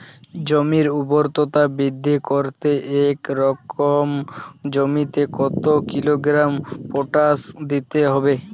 জমির ঊর্বরতা বৃদ্ধি করতে এক একর জমিতে কত কিলোগ্রাম পটাশ দিতে হবে?